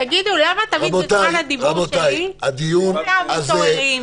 תגידו, למה תמיד בזמן הדיבור שלי כולם מתעוררים?